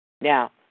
Now